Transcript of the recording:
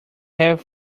have